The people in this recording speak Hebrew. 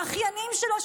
האחיינים שלו,